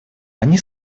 они